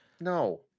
No